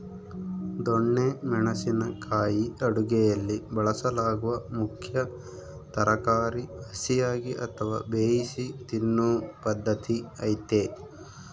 ದೊಣ್ಣೆ ಮೆಣಸಿನ ಕಾಯಿ ಅಡುಗೆಯಲ್ಲಿ ಬಳಸಲಾಗುವ ಮುಖ್ಯ ತರಕಾರಿ ಹಸಿಯಾಗಿ ಅಥವಾ ಬೇಯಿಸಿ ತಿನ್ನೂ ಪದ್ಧತಿ ಐತೆ